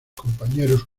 compañeros